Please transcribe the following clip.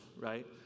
right